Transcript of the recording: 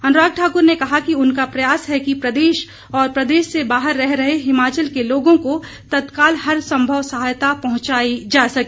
अनुराग ठाकुर ने कहा कि उनका प्रयास है कि प्रदेश और प्रदेश से बाहर रह रहे हिमाचल के लोगों को तत्काल हर संभव सहायता पहुंचाई जा सके